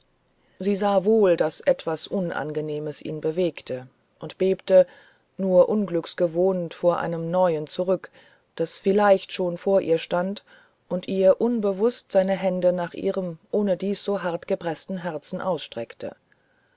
sie sah wohl daß etwas unangenehmes ihn bewegte und bebte nur unglücks gewohnt vor einem neuen zurück das vielleicht schon vor ihr stand und ihr unbewußt seine hände nach ihrem ohnedies so hart gepreßten herzen ausstreckte